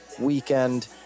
weekend